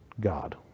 god